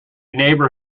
neighbour